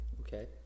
okay